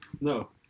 No